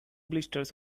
blisters